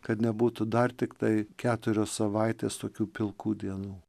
kad nebūtų dar tiktai keturios savaitės tokių pilkų dienų